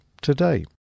today